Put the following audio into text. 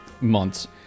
months